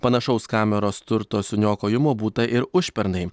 panašaus kameros turto suniokojimo būtą ir užpernai